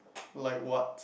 like what